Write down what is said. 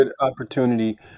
opportunity